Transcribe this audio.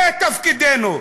זה תפקידנו.